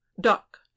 Duck